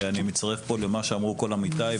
ואני מצטרף פה אל מה שאמרו כל עמיתיי,